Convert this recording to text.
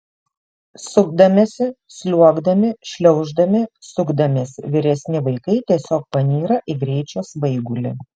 supdamiesi sliuogdami šliauždami sukdamiesi vyresni vaikai tiesiog panyra į greičio svaigulį